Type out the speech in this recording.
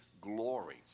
glory